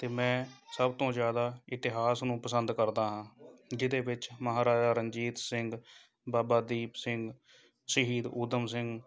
ਅਤੇ ਮੈਂ ਸਭ ਤੋਂ ਜ਼ਿਆਦਾ ਇਤਿਹਾਸ ਨੂੰ ਪਸੰਦ ਕਰਦਾ ਹਾਂ ਜਿਹਦੇ ਵਿੱਚ ਮਹਾਰਾਜਾ ਰਣਜੀਤ ਸਿੰਘ ਬਾਬਾ ਦੀਪ ਸਿੰਘ ਸ਼ਹੀਦ ਊਧਮ ਸਿੰਘ